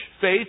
faith